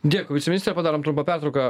dėkui viceministre padarom trumpą pertrauką